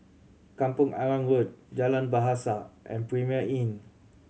Kampong Arang Road Jalan Bahasa and Premier Inn